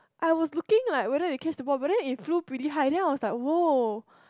I was looking like whether he catch the ball but then it flew pretty high then I was like !woah!